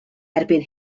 erbyn